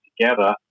together